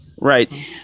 Right